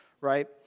right